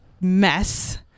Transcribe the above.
mess